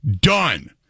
done